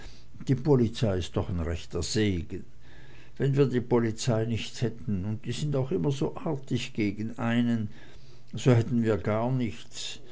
die polizei is doch ein rechter segen wenn wir die polizei nich hätten und sie sind auch immer so artig gegen einen so hätten wir gar nichts